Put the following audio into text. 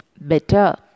better